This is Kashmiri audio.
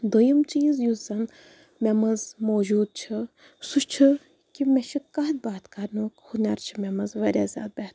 دوٚیِم چیٖز یُس زَن مےٚ منٛز موٗجوٗد چھُ سُہ چھُ کہِ مےٚ چھُ کَتھ باتھ کَرنُک ہُنَر چھُ مےٚ منٛز واریاہ زیادٕ بہتر